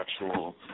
actual